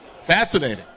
Fascinating